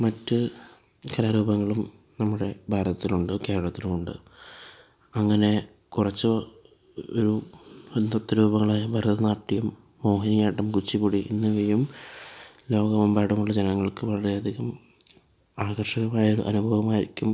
മറ്റ് കലാ രൂപങ്ങളും നമ്മുടെ ഭാരതത്തിലുണ്ട് കേരളത്തിലുമുണ്ട് അങ്ങനെ കുറച്ച് ഒരു നൃത്ത രൂപങ്ങളായ ഭരതനാട്യം മോഹിനിയാട്ടം കുച്ചിപ്പുടി എന്നിവയും ലോകമെമ്പാടുമുള്ള ജനങ്ങൾക്ക് വളരെയധികം ആകർഷകമായൊരു അനുഭവമായിരിക്കും